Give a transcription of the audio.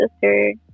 sister